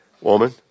Woman